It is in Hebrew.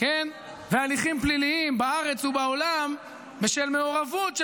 והליכים פליליים בארץ ובעולם בשל מעורבות של